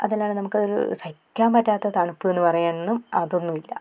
അതല്ലാത് നമുക്കൊരു സഹിയ്ക്കാൻ പറ്റാത്ത തണുപ്പ് എന്ന് പറയാനൊന്നും അതൊന്നും ഇല്ല